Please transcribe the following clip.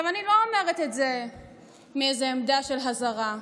אני לא אומרת את זה מאיזו עמדה של הזרה.